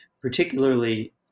particularly